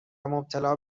مبتلا